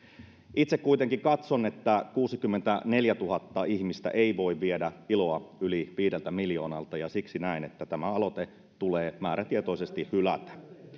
itse kuitenkin katson että kuusikymmentäneljätuhatta ihmistä ei voi viedä iloa yli viideltä miljoonalta ja siksi näen että tämä aloite tulee määrätietoisesti hylätä